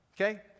Okay